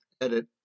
edit